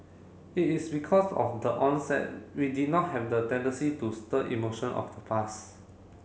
it is because of the onset we did not have the tendency to stir emotion of the past